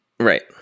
Right